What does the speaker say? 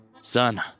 Son